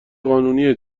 قانونیه